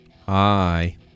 hi